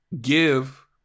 give